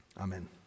Amen